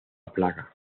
plaga